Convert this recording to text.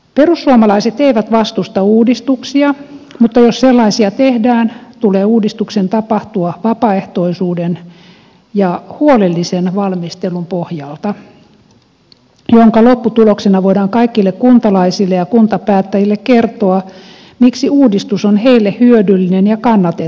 perussuomalaiset eivät vastusta uudistuksia mutta jos sellaisia tehdään tulee uudistuksen tapahtua vapaaehtoisuuden ja huolellisen valmistelun pohjalta jonka lopputuloksena voidaan kaikille kuntalaisille ja kuntapäättäjille kertoa miksi uudistus on heille hyödyllinen ja kannatettava